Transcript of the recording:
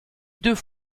deux